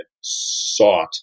sought